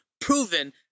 proven